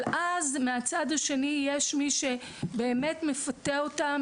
אבל אז מהצד השני יש מי שבאמת מפתה אותם